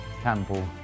Campbell